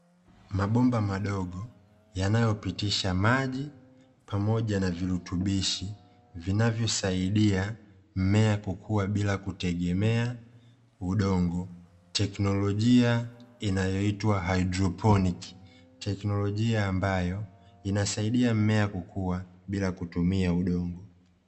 Mabomba madogo yanayopitisha maji pamoja na virutubishi, vinavyosaidia mmea kukua bila kutegemea udongo, teknolojia inayoitwa haidroponi; teknolojia ambayo inasaidia mmea kukua bila kutegemea udongo.